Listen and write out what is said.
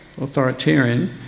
authoritarian